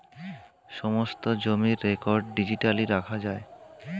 সমস্ত জমির record digitally রাখা যায়